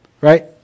right